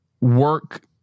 work